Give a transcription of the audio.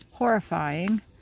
Horrifying